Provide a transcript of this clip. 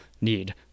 need